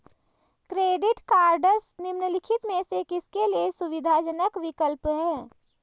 Credit cards निम्नलिखित में से किसके लिए सुविधाजनक विकल्प हैं?